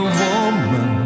woman